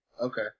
okay